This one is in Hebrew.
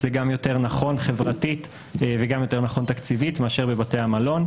זה גם יותר נכון חברתית וגם יותר נכון תקציבית מאשר בבתי המלון.